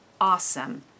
awesome